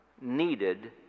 needed